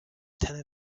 ten